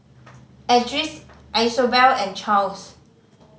Edris Isobel and Charles